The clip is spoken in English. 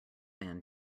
man